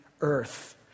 earth